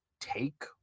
take